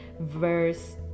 verse